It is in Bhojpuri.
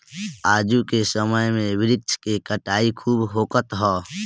आजू के समय में वृक्ष के कटाई खूब होखत हअ